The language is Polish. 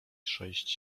sześć